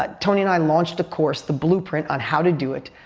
ah tony and i launched a course, the blueprint on how to do it.